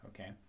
Okay